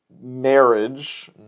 marriage